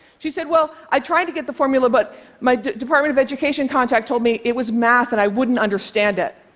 she said, well, i tried to get the formula, but my department of education contact told me it was math and i wouldn't understand it.